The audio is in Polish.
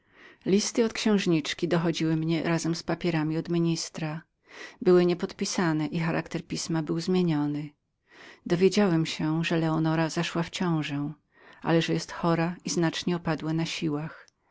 listy od księżniczki dochodziły mnie razem z papierami od ministra żaden nie był podpisany i pismo było odmienione dowiedziałem się że leonora zachodziła w ciążę ale że była chorą nadewszystko zaś